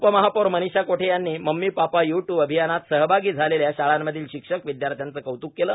उपमहापौर मनीषा कोठे यांनी mummy papa you too अभियानात सहभागी झालेल्या शाळांमधील शिक्षक विद्यार्थ्यांचे कौत्क केले